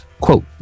quote